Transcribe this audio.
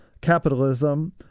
capitalism